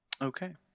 okay